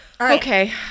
Okay